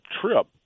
trip